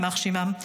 יימח שמם,